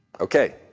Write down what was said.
Okay